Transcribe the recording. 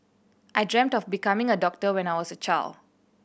I dreamt of becoming a doctor when I was a child